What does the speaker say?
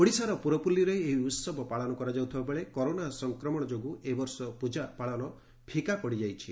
ଓଡ଼ିଶାର ପୁରପଲ୍ଲୀରେ ଏହି ଉହବ ପାଳନ କରାଯାଉଥିବା ବେଳେ କରୋନା ସଂକ୍ରମଣ ଯୋଗୁଁ ଏବର୍ଷ ପ୍ରକା ପାଳନ ଫିକା ପଡ଼ିଯାଇଛି